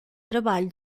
trabalho